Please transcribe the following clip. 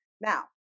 Now